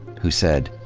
who said,